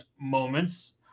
moments